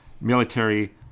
military